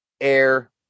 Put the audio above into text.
air